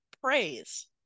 praise